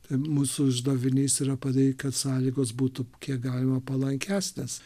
tai mūsų uždavinys yra padaryt kad sąlygos būtų kiek galima palankesnės